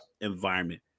environment